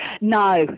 No